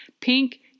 pink